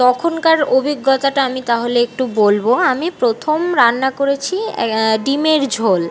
তখনকার অভিজ্ঞতাটা আমি তাহলে একটু বলবো আমি প্রথম রান্না করেছি ডিমের ঝোল